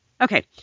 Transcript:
Okay